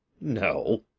No